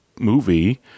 movie